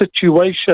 situation